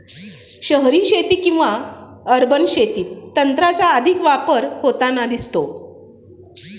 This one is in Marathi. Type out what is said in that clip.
शहरी शेती किंवा अर्बन शेतीत तंत्राचा अधिक वापर होताना दिसतो